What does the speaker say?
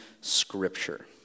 scripture